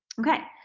okay,